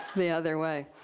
the other way.